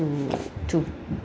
mm to